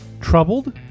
troubled